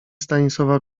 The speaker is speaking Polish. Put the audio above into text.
stanisława